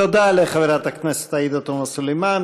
תודה לחברת הכנסת עאידה תומא סלימאן.